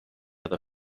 other